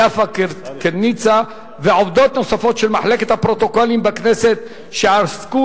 יפה קרינצה ועובדות נוספות של מחלקת הפרוטוקולים בכנסת שעסקו